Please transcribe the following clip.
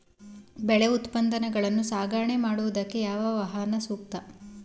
ಬೆಳೆ ಉತ್ಪನ್ನಗಳನ್ನು ಸಾಗಣೆ ಮಾಡೋದಕ್ಕೆ ಯಾವ ವಾಹನ ಸೂಕ್ತ?